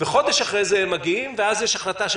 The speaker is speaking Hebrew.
וחודש אחרי זה הם מגיעים ויש החלטה של